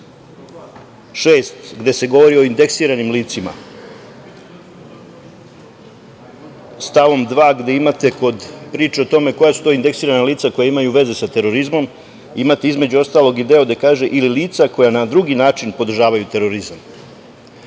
6. gde se govori o indeksiranim licima, stavom 2. gde imate kod priče o tome koja su to indeksirana lica koja imaju veze sa terorizmom, imate između ostalog i deo gde kaže – ili lica koja na drugi način podržavaju terorizam. Znate,